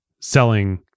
selling